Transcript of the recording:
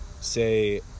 Say